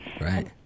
Right